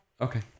Okay